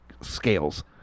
scales